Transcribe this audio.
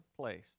place